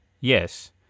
Yes